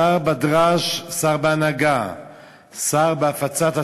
שר בדרש, שר בהנהגה, שר בהפצת התורה.